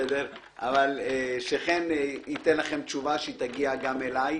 אבל שחן ייתן לכם תשובה שתגיע גם אליי.